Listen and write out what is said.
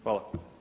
Hvala.